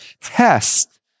test